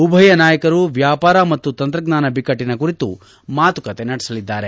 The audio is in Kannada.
ಉಭಯ ನಾಯಕರು ವ್ಲಾಪಾರ ಮತ್ತು ತಂತ್ರಜ್ಞಾನ ಬಿಕ್ಕಟ್ಲನ ಕುರಿತು ಮಾತುಕತೆ ನಡೆಸಲಿದ್ದಾರೆ